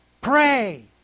pray